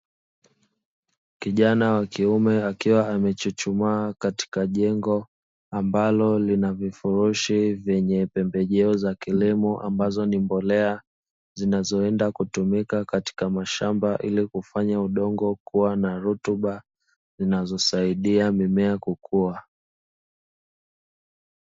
Kijana wa kiume akiwa amechuchumaa katika jengo ambalo linavifurushi vyenye pembejeo za kilimo ambazo ni mbolea zinazoenda kutumika katika mashamba ili kufanya udongo kuwa na rutuba zinazosaidia mimea kukua.